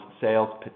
sales